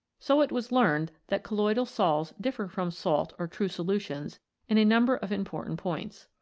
so it was learned that colloidal sols differ from salt or true solutions in a number of important points.